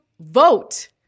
vote